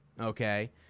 okay